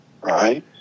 right